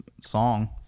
song